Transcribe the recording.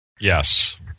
yes